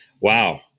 Wow